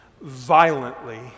violently